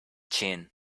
chin